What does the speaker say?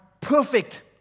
perfect